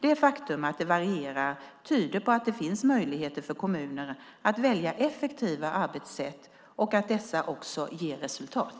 Det faktum att det varierar tyder på att det finns möjligheter för kommuner att välja effektiva arbetssätt och att det också ger resultat.